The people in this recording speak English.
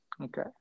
Okay